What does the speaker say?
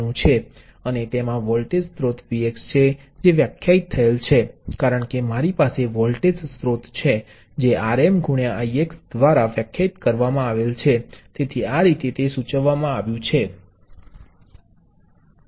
હવે આ બધા નિયંત્રિત સ્ત્રોતો જેમકે મેં કહ્યું છે તે એક પક્ષી છે જે તમારી પાસે કંટ્રોલીંગ જથ્થો છે તેના પરિણામ સ્વરૂપે નિયંત્રિત જથ્થો છે તમે તેનો ઉપયોગ બીજી દિશામાં કરી શકાતો નથી